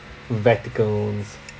vatican